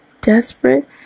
desperate